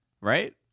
right